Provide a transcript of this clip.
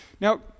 Now